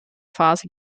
phase